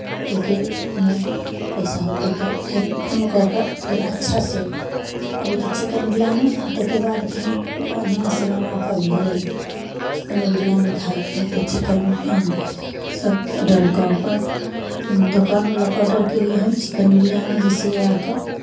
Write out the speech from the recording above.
दै के हमहूँ पैसा होतै तऽ फेन फोन कऽ कऽ फेन अच्छासँ अभी तऽ चिकेन बिरियानी आ ताहिके बाद फेन बढ़िआँसँ बना कऽ भेजल चिकेन बिरियानी खायके हो तऽ चिकेन बिरियानी सभ आर्डर कऽ कऽ दोकानवलाकेँ आर्डर केलियै हन चिकेन बिरियानी जैसे आ कऽ